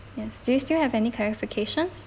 yes do you still have any clarification